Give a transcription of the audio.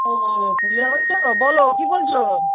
ওও গুড়িয়া বলছ বলো কী বলছ